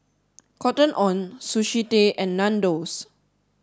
Cotton on Sushi Tei and Nandos